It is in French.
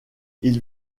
ils